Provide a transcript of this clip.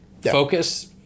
Focus